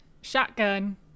shotgun